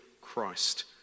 Christ